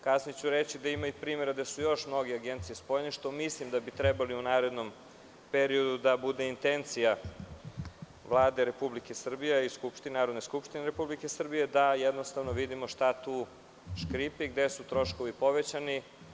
Kasnije ću reći da ima i primera da su još mnoge agencije spojene, što mislim da bi trebalo u narednom periodu da bude intencija Vlade Republike Srbije, da jednostavno vidimo šta tu škripi i gde su troškovi povećani.